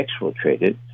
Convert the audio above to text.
exfiltrated